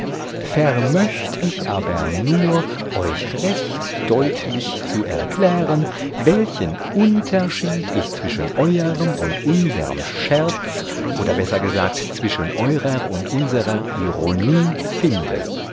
vermacht ich aber nur euch recht deutlich zu erklären welchen unterschied ich zwischen euerm und unserm scherz oder besser gesagt zwischen eurer und unserer ironie finde